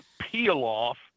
peel-off